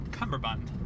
Cumberbund